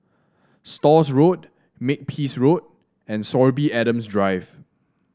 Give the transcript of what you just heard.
Stores Road Makepeace Road and Sorby Adams Drive